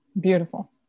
Beautiful